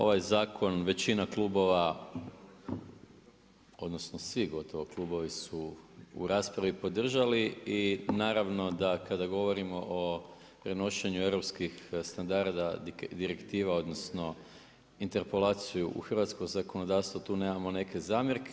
Ovaj zakon većina klubova odnosno, svi gotovo klubovi su u raspravi podržali i naravno da kada govorimo o prenošenju europskih standarda direktiva, odnosno, interpolaciju u hrvatsko zakonodavstvo, tu nemamo neke zamjerke.